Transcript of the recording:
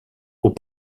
aux